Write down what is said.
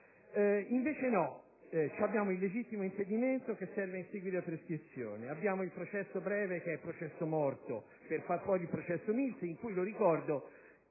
Invece no. Abbiamo il legittimo impedimento, che serve ad inseguire la prescrizione. Abbiamo il processo breve, che è processo morto, per far fuori il processo Mills, in cui - lo ricordo